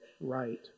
right